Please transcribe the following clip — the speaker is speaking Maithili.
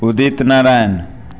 उदित नारायण